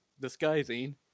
disguising